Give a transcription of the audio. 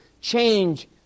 change